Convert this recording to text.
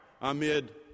amid